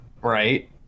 right